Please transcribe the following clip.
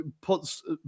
puts